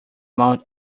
mount